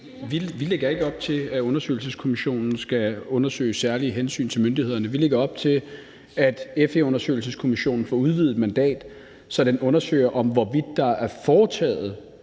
Vi lægger ikke op til, at undersøgelseskommissionen skal undersøge særlige hensyn til myndighederne. Vi lægger op til, at FE-undersøgelseskommissionen får udvidet mandat, så den undersøger, hvorvidt der er foretaget